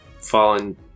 fallen